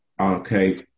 Okay